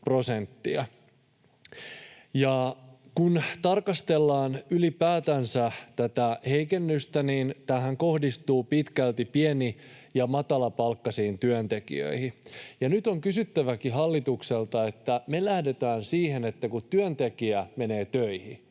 Kun tarkastellaan ylipäätänsä tätä heikennystä, niin tämähän kohdistuu pitkälti pieni- ja matalapalkkaisiin työntekijöihin, ja tästä onkin nyt kysyttävä hallitukselta. Me lähdetään siitä, että kun työntekijä menee töihin,